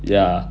ya